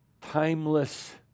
timeless